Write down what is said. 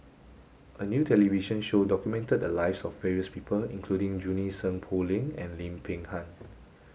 a new television show documented the lives of various people including Junie Sng Poh Leng and Lim Peng Han